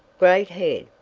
great head,